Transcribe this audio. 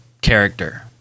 character